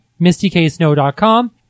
mistyksnow.com